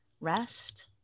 rest